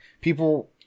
people